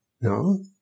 No